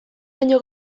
baino